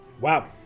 Wow